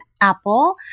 apple